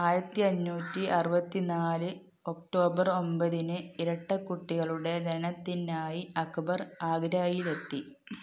ആയിരത്തി അഞ്ഞൂറ്റി അറുപത്തി നാല് ഒക്ടോബർ ഒമ്പതിന് ഇരട്ടക്കുട്ടികളുടെ ജനനത്തിനായി അക്ബർ ആഗ്രയിലെത്തി